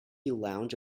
lounge